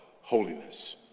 holiness